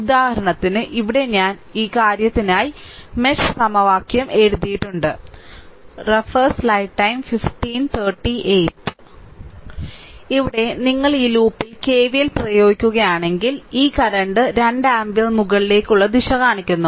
ഉദാഹരണത്തിന് ഇവിടെ ഞാൻ ഈ കാര്യത്തിനായി മെഷ് സമവാക്യം എഴുതിയിട്ടുണ്ട് ഇവിടെ നിങ്ങൾ ഈ ലൂപ്പിൽ KVL പ്രയോഗിക്കുകയാണെങ്കിൽ ഈ കറന്റ് 2 ആമ്പിയർ മുകളിലേക്കുള്ള ദിശ കാണിക്കുന്നു